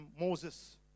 Moses